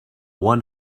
one